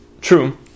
true